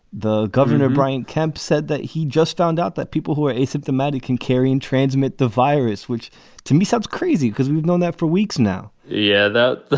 the governor, brian kemp, said that he just found out that people who are asymptomatic in carrying transmit the virus, which to me sounds crazy because we've known that for weeks now yeah, that